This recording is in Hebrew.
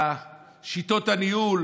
שיטות הניהול